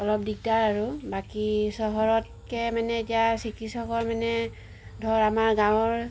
অলপ দিগদাৰ আৰু বাকী চহৰতকৈ মানে এতিয়া চিকিৎসকৰ মানে ধৰ আমাৰ গাঁৱৰ